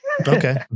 Okay